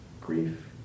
grief